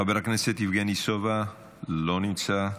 חבר הכנסת יבגני סובה, לא נמצא,